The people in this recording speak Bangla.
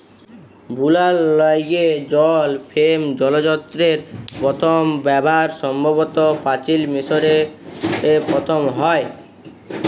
বুলার ল্যাইগে জল ফেম যলত্রের পথম ব্যাভার সম্ভবত পাচিল মিশরে পথম হ্যয়